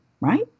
right